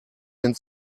den